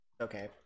Okay